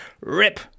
Rip